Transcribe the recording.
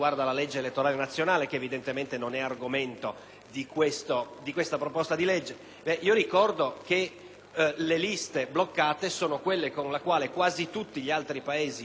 le liste bloccate sono quelle attraverso le quali quasi tutti gli altri Paesi europei eleggeranno i loro rappresentanti al Parlamento europeo. Noi li eleggeremo sulla base delle